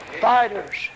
Fighters